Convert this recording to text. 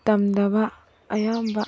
ꯇꯝꯗꯕ ꯑꯌꯥꯝꯕ